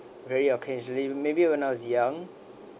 very occasionally maybe when I was young